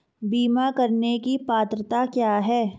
बीमा करने की पात्रता क्या है?